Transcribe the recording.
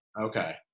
okay